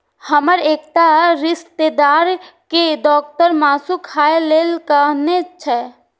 हमर एकटा रिश्तेदार कें डॉक्टर मासु खाय लेल कहने छै